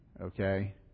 Okay